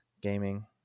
gaming